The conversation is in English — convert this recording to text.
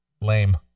lame